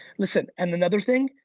listen, and another thing,